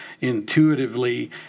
intuitively